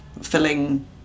filling